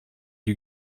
you